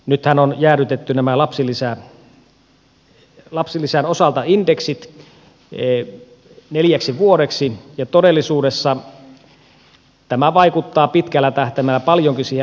nythän on jäädytetty lapsilisän osalta indeksit neljäksi vuodeksi ja todellisuudessa tämä vaikuttaa pitkällä tähtäimellä paljonkin siihen lapsilisien tasoon